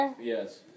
Yes